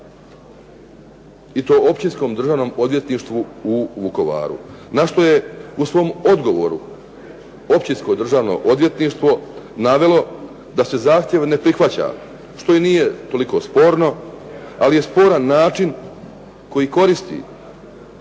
i to Općinskom državnom odvjetništvu u Vukovaru na što je u svom odgovoru općinsko državno odvjetništvo navelo da se zahtjev ne prihvaća, što i nije toliko sporno, ali je sporan način koji koristi državno